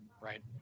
right